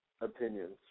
opinions